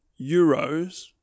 Euros